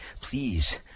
please